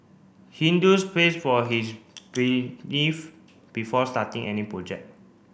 Hindus prays for his before starting any project